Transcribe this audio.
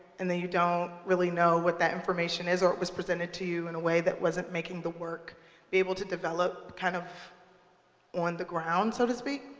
and then, you don't really know what that information is, or it was presented to you in a way that wasn't making the work be able to develop kind of on the ground, so to speak.